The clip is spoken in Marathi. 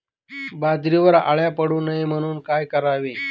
बाजरीवर अळ्या पडू नये म्हणून काय करावे?